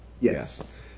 Yes